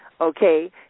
Okay